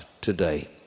today